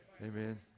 Amen